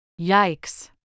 Yikes